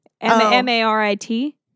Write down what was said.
M-A-R-I-T